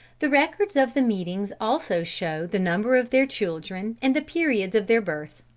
the records of the meetings also show the number of their children, and the periods of their birth.